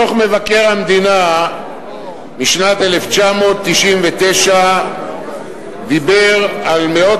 דוח מבקר המדינה משנת 1999 דיבר על מאות